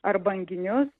ar banginius